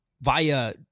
via